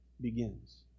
begins